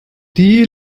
die